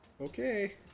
okay